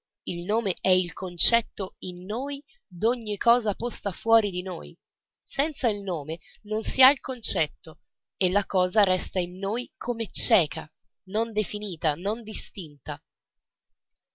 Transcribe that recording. il nome è il concetto in noi d'ogni cosa posta fuori di noi senza il nome non si ha il concetto e la cosa resta in noi come cieca non definita non distinta